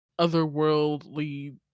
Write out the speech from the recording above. otherworldly